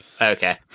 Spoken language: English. Okay